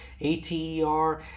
ATER